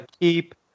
keep